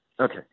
Okay